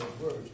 words